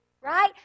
right